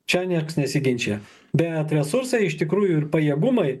čia nieks nesiginčija bet resursai iš tikrųjų ir pajėgumai